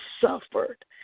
suffered